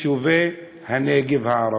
הם מיישובי הנגב הערביים.